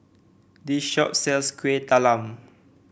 this shop sells Kuih Talam